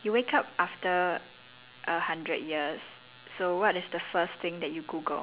okay this one quite cool okay it's a thought provoking question you wake up after